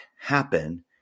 happen